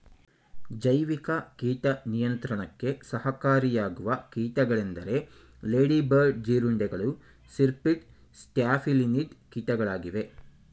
ಜೈವಿಕ ಕೀಟ ನಿಯಂತ್ರಣಕ್ಕೆ ಸಹಕಾರಿಯಾಗುವ ಕೀಟಗಳೆಂದರೆ ಲೇಡಿ ಬರ್ಡ್ ಜೀರುಂಡೆಗಳು, ಸಿರ್ಪಿಡ್, ಸ್ಟ್ಯಾಫಿಲಿನಿಡ್ ಕೀಟಗಳಾಗಿವೆ